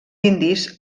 indis